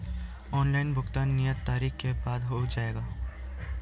Online भुगतान नियत तारीख के बाद हो जाएगा?